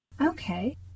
Okay